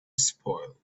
spoil